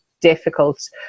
difficult